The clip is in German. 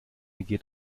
geht